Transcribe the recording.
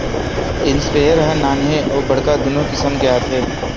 sprayer ह नान्हे अउ बड़का दुनो किसम के आथे